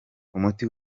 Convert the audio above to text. umuti